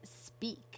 speak